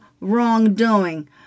wrongdoing